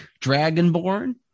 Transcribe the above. dragonborn